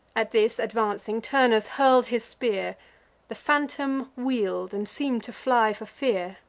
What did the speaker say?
at this, advancing, turnus hurl'd his spear the phantom wheel'd, and seem'd to fly for fear.